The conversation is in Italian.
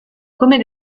come